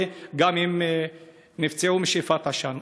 וגם הם נפצעו משאיפת עשן.